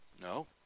No